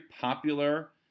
popular